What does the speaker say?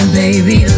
baby